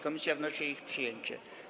Komisja wnosi o ich przyjęcie.